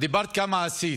את דיברת כמה עשית.